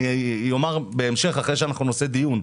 אני אומר בהמשך אחרי שאנחנו נעשה דיון,